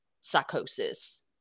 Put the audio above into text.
psychosis